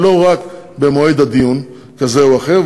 ולא רק במועד דיון כזה או אחר.